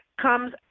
comes